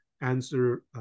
answer